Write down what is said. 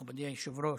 מכובדי היושב-ראש,